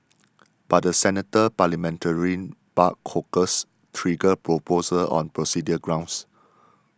but the Senate parliamentarian barred Corker's trigger proposal on procedural grounds